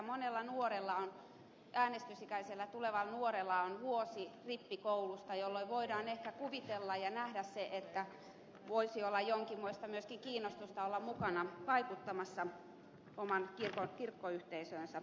monella nuorella äänestysikäiseksi tulevalla nuorella on vuosi rippikoulusta jolloin voidaan ehkä kuvitella ja nähdä että nuorella voisi olla myöskin jonkinmoista kiinnostusta olla mukana vaikuttamassa omaan kirkkoyhteisöönsä